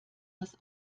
das